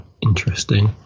interesting